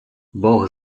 бог